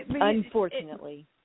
Unfortunately